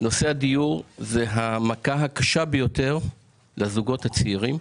נושא הדיור הוא המכה הקשה ביותר לזוגות צעירים.